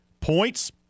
points